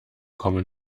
kommen